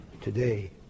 today